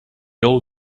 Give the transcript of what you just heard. all